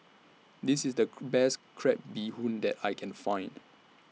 This IS The Best Crab Bee Hoon that I Can Find